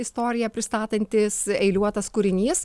istoriją pristatantis eiliuotas kūrinys